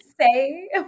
say